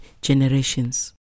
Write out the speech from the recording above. generations